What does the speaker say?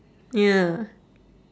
ya